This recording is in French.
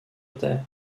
terres